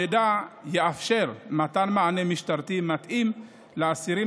המידע יאפשר מתן מענה משטרתי מתאים לאסירים